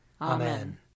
Amen